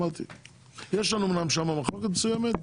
יש לנו אמנם שם מחלוקת מסוימת,